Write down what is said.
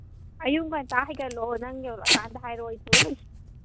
ꯑꯌꯨꯛ ꯉꯟꯇꯥ ꯍꯥꯏꯒꯠꯂꯛꯑꯣ ꯅꯪ ꯌꯧꯔꯛꯑꯀꯥꯟꯗ ꯍꯥꯏꯔꯛꯑꯣ ꯑꯩ ꯊꯣꯛꯂꯛꯑꯒꯦ